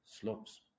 slopes